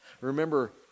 Remember